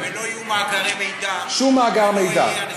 ולא יהיו מאגרי מידע, שום מאגר מידע.